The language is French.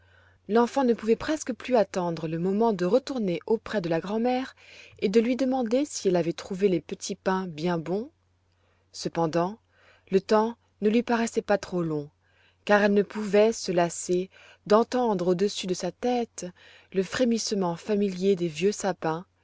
l'enfant ne pouvait presque plus attendre le moment de retourner auprès de la grand'mère et de lui demander si elle avait trouvé les petits pains bien bons cependant le temps ne lui paraissait pas long car elle ne pouvait se lasser d'entendre au-dessus de sa tête le frémissement familier des vieux sapins